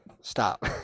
Stop